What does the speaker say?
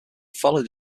followed